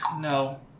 No